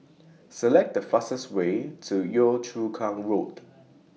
Select The fastest Way to Yio Chu Kang Road